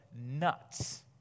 nuts